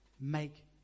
make